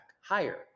higher